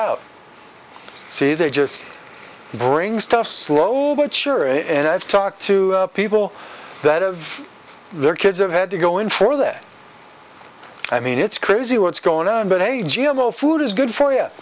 out say they just bring stuff slow but sure and i've talked to people that have their kids have had to go in for that i mean it's crazy what's going on but hey g m o food is good for y